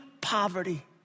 poverty